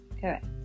Correct